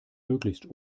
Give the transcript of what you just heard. möglichst